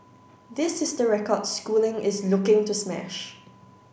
this is the record Schooling is looking to smash